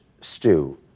stew